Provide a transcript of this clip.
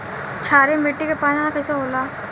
क्षारीय मिट्टी के पहचान कईसे होला?